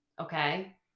Okay